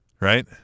right